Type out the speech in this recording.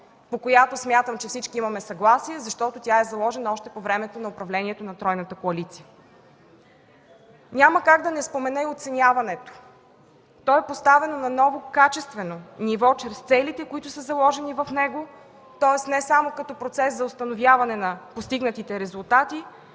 по която смятам, че всички имаме съгласие, защото тя е заложена още по време на управлението на тройната коалиция. Няма как да не спомена и оценяването. То е поставено на ново качествено ниво чрез целите, които са заложени в него, тоест не само като процес за установяване на постигнатите резултати,